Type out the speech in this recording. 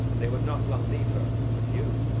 they would not long leave her with you,